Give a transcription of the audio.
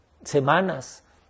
semanas